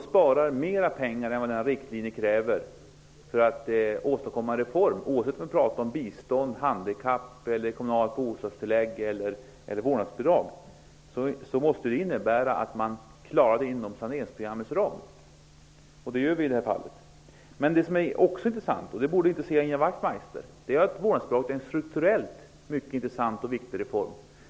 Sparas det mer pengar än vad riktlinjen kräver för att åstadkomma reformer -- oavsett om vi pratar om bistånd, handikapp, kommunalt bostadstillägg eller vårdnadsbidrag -- måste det innebära att det hela skall klaras inom saneringsprogrammets ram. Det gör vi i det här fallet. Men vad som också är intressant -- och det borde intressera Ian Wachtmeister -- är att vårdnadsbidraget är en strukturellt viktig reform.